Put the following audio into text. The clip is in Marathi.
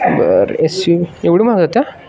बरं एस यू एवढी महाग आता